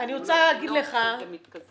אני רוצה להגיד לך שאני